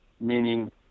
meaning